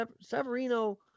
Severino